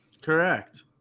Correct